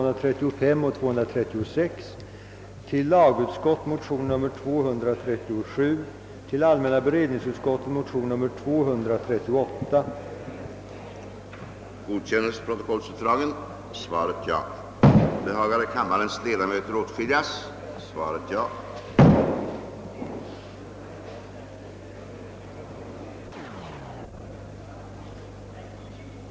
Är statsrådet beredd att göra framställning till försvarsdepartementet om hjälp från t.ex. skidbataljon i Kiruna och försvarets helikopterorganisation i Boden för att rädda de lidande djuren och nedbringa skadeförlusterna för renägarna?